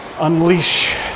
unleash